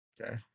Okay